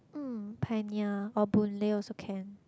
mm Pioneer or Boon-Lay also can